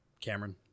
Cameron